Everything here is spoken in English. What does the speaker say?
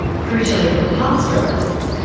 crucially for pastoralists,